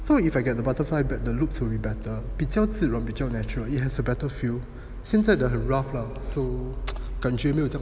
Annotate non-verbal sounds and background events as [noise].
so if I get the butterfly bat the loops will be better 比较自然比较 natural it has a better feel 现在的很 rough so [noise] 感觉没有这样